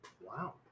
Wow